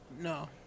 no